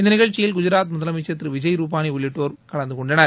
இந்த நிகழ்ச்சியில் குஜராத் முதலமைச்சர் திரு விஜய் ருபானி உள்ளிட்டோர் கலந்து கொண்டனர்